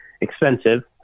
expensive